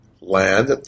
land